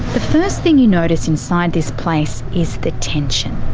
the first thing you notice inside this place is the tension.